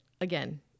again